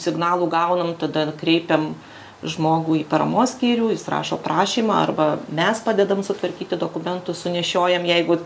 signalų gaunam tada kreipiam žmogų į paramos skyrių jis rašo prašymą arba mes padedam sutvarkyti dokumentus sunešiojam jeigu